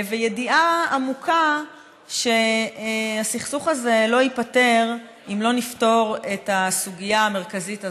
וידיעה עמוקה שהסכסוך הזה לא ייפתר אם לא נפתור את הסוגיה המרכזית הזאת.